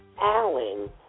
Alan